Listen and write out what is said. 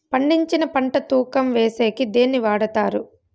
పండించిన పంట తూకం వేసేకి దేన్ని వాడతారు?